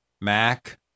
Mac